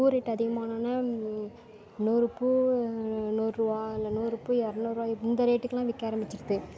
பூ ரேட்டு அதிகமானோடனே நூறு பூ நூறுரூவா இல்லை நூறு பூ இரநூறுவா இந்த ரேட்டுக்கெல்லாம் விற்க ஆரம்மிச்சிடுது